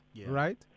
right